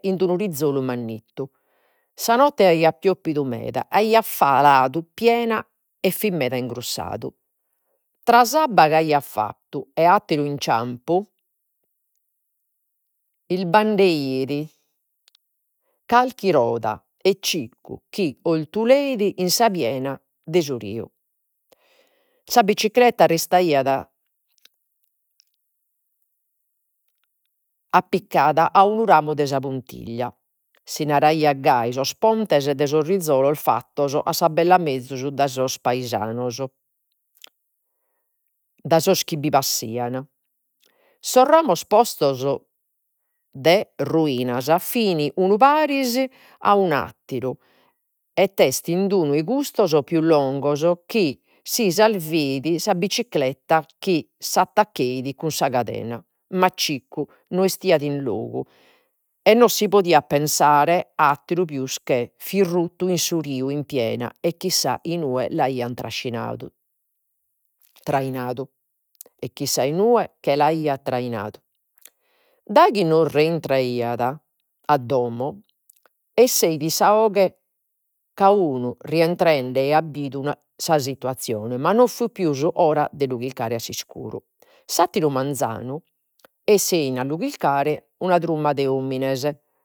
In d'unu rizolu mannittu. Su notte aiat pioppidu meda e aiat ladu piena e fit meda ingrussadu. Tra s'abba chi aiat fattu e atteru inciampu ilbandeit carchi roda e Cicu chi 'oltuleit in sa piena de su riu. Sa bicicletta restaiat appiccada a un ramu de sa puntiglia, si naraian gasi sos pontes de sos rizolos fattos a sa bella mezus dae sos paesanos, dai sos chi bi passaian. Sos ramos postos rujnas fin unu paris a un'atteru, ed est in unu 'e cussos pius longos chi si salveit sa bicicletta chi s'attaccheit cun sa cadena, ma Cicu no in logu, e no si podiat pensare a atteru pius che fit ruttu in su riu in piena e chissà inue che l'aiat trajnadu, e chissà a inue che l'aia trajnadu. Daghi no rientraiat a domo 'esseit sa 'oghe rientrende aiat bidu sa situazzione ma no fit pius ora de lu chircare a s'iscuru. S'atteru manzanu essein a lu chircare una truma de omines